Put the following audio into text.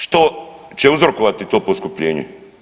Što će uzrokovati to poskupljenje?